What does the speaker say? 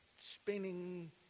spinning